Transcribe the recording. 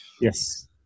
Yes